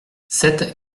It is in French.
sept